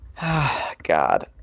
God